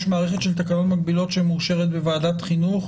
יש מערכת של תקנות מקבילות שמאושרת בוועדת חינוך